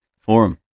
forum